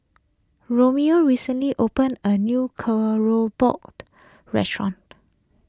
Ramiro recently opened a new Keropok restaurant